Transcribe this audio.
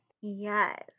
yes